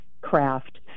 craft